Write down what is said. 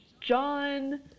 John